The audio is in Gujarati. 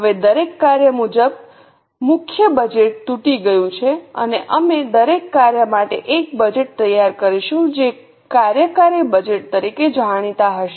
હવે દરેક કાર્ય મુજબ મુખ્ય બજેટ તૂટી ગયું છે અને અમે દરેક કાર્ય માટે એક બજેટ તૈયાર કરીશું જે કાર્યકારી બજેટ તરીકે જાણીતા હશે